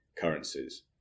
currencies